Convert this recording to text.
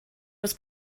was